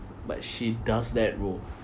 but she does that